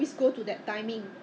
ah 这样就 okay lah